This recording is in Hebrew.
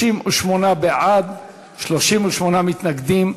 38 בעד, 38 מתנגדים.